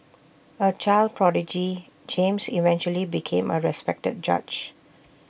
A child prodigy James eventually became A respected judge